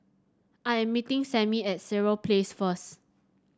I am meeting Sammie at Sireh Place first